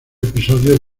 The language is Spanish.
episodios